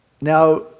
Now